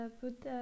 put